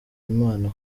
imana